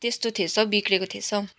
त्यस्तो थिएछ बिग्रेको थिएछ हौ